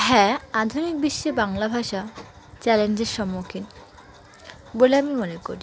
হ্যাঁ আধুনিক বিশ্বে বাংলা ভাষা চ্যালেঞ্জের সম্মুখীন বলে আমি মনে করি